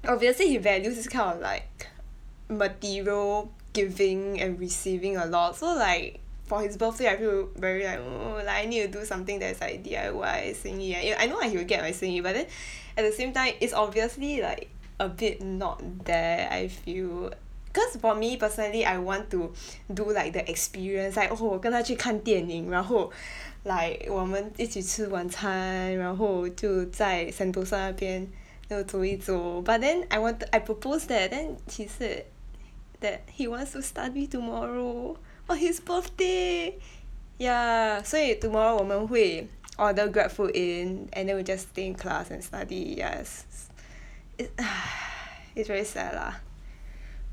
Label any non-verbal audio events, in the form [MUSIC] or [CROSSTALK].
obviously he values this kind of like material giving and receiving a lot so like for his birthday I feel very like oo like I need to do something that is like D_I_Y 心意 ya I know that he will get my 心意 but then [BREATH] at the same time it's obviously like a bit not there I feel cause for me personally I want to [BREATH] do like the experience like oh 我跟他去看电影然后 [BREATH] like 我一起吃晚餐然后就在 Sentosa 那边 [BREATH] 又走一走 but then I wanted I proposed that but then he said [BREATH] that he wants to study tomorrow on his birthday [BREATH] ya 所以 tomorrow 我们会 order GrabFood in and then we just stay in class and study yes [BREATH] it !hais! it's very sad lah [BREATH]